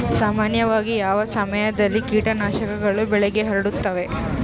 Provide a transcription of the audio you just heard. ಸಾಮಾನ್ಯವಾಗಿ ಯಾವ ಸಮಯದಲ್ಲಿ ಕೇಟನಾಶಕಗಳು ಬೆಳೆಗೆ ಹರಡುತ್ತವೆ?